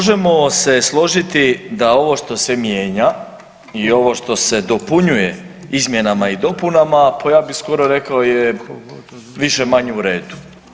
Možemo se složiti da ovo što se mijenja i ovo što se dopunjuje izmjenama i dopunama, pa ja bih skoro rekao je više-manje u redu.